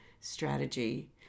strategy